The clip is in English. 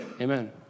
Amen